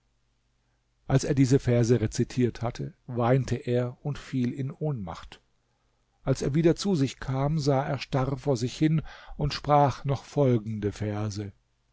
als er diese verse rezitiert hatte weinte er und fiel in ohnmacht als er wieder zu sich kam sah er starr vor sich hin und sprach noch folgende verse